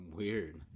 weird